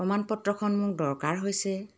প্ৰমাণপত্ৰখন মোক দৰকাৰ হৈছে